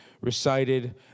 recited